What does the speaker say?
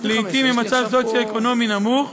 לעתים במצב סוציו-אקונומי נמוך,